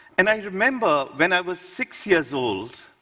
and i remember when i was six years old,